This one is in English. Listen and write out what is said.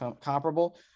comparable